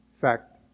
fact